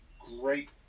great